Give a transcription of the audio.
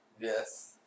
Yes